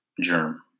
germ